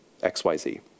XYZ